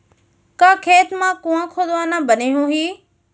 का खेत मा कुंआ खोदवाना बने होही?